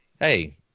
Hey